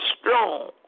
strong